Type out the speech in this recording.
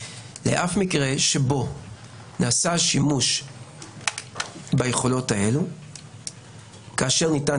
לשום מקרה שבו נעשה שימוש ביכולות האלו כאשר ניתן